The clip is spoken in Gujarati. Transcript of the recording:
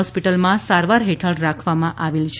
હોસ્પિટલમાં સારવાર હેઠળ રાખવામાં આવ્યા છે